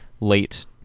late